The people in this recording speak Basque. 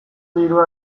dirua